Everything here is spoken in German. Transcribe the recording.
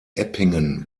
eppingen